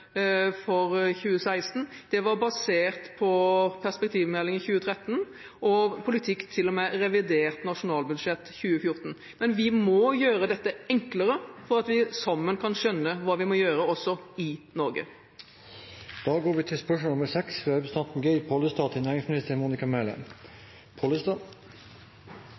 for 2016, var basert på Perspektivmeldingen 2013 og politikk til og med revidert nasjonalbudsjett for 2014. Men vi må gjøre dette enklere for at vi sammen kan skjønne hva vi må gjøre, også i Norge. «Det har den senere tiden vært mye uro rundt Telenor og VimpelCom knyttet til